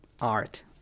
art